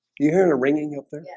you hear and a ringing up there yeah